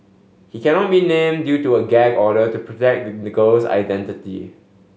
he cannot be named due to a gag order to protect the girl's identity